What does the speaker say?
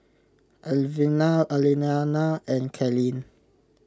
Alvina Aliana and Kalyn